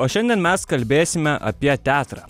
o šiandien mes kalbėsime apie teatrą